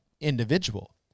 individual